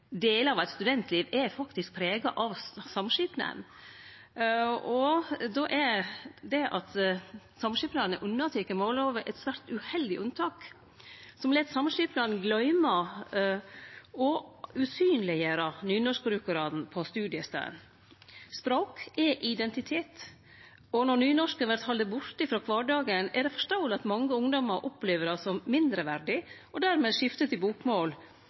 av eit studentliv er prega av samskipnaden. Då er det at samskipnaden er unnateken mållova, eit svært uheldig unntak som lèt samskipnaden gløyme og usynleggjere nynorskbrukarane på studiestaden. Språk er identitet, og når nynorsk vert halde borte frå kvardagen, er det forståeleg at mange ungdomar opplever det som mindreverdig og dermed skiftar til bokmål.